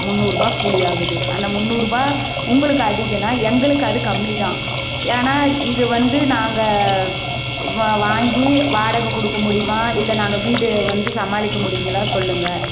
முந்நூறுரூபா கூலி ஆகுது அந்த முந்நூறுரூபா உங்களுக்கு அதிகம்னா எங்களுக்கு அது கம்மிதான் ஏனால் இது வந்து நாங்கள் வ வாங்கி வாடகை கொடுக்க முடியுமா இல்லை நாங்கள் வீடு வந்து சமாளிக்க முடியுங்களா சொல்லுங்கள்